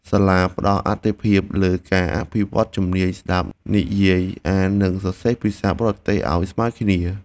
សាលាផ្តល់អាទិភាពលើការអភិវឌ្ឍជំនាញស្តាប់ និយាយ អាន និងសរសេរភាសាបរទេសឱ្យស្មើគ្នា។